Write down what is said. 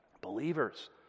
Believers